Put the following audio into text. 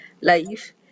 life